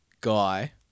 guy